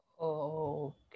Okay